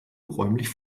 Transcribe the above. räumlich